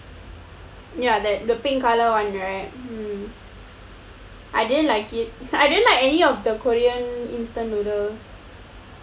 ya the the pink colour [one] right I didn't like it it's like I didn't like any of the korean instant noodle